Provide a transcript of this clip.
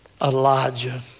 Elijah